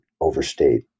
overstate